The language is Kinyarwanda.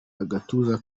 agatuza